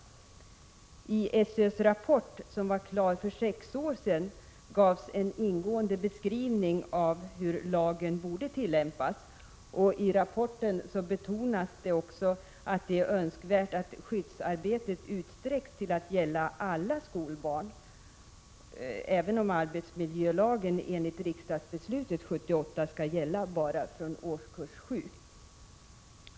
I SÖ:s rapport, som var klar för sex år sedan, gavs en ingående beskrivning över hur lagen borde tillämpas. I rapporten betonas också att det är önskvärt att skyddsarbetet utsträcks till att gälla alla skolbarn, även om arbetsmiljölagen enligt riksdagsbeslutet 1978 skall gälla bara från årskurs 7.